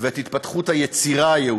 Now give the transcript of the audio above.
ואת התפתחות היצירה היהודית.